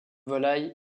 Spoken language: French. volaille